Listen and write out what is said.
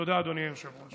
תודה, אדוני היושב-ראש.